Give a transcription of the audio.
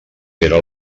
era